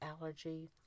allergy